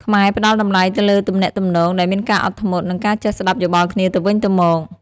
ខ្មែរផ្ដល់តម្លៃទៅលើទំនាក់ទំនងដែលមានការអត់ធ្មត់ និងការចេះស្ដាប់យោបល់គ្នាទៅវិញទៅមក។